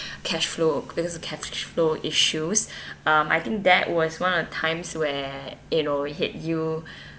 cash flow because of cash flow issues um I think that was one of times where you know hit you